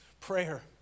prayer